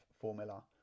formula